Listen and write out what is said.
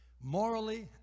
Morally